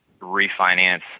refinance